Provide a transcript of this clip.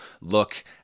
look